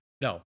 no